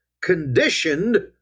conditioned